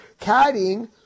caddying